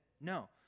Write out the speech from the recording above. No